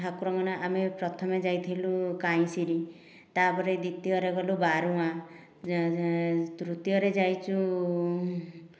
ଠାକୁରଙ୍କ ନା ଆମେ ପ୍ରଥମେ ଯାଇଥିଲୁ କାଇଁଶିରି ତାପରେ ଦିତୀୟରେ ଗଲୁ ବାରୁଆଁ ତୃତୀୟରେ ଯାଇଛୁ